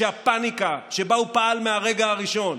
שהפניקה שבה הוא פעל מהרגע הראשון,